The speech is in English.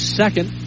second